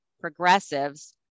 progressives